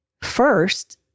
First